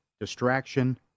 distraction